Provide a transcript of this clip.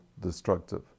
destructive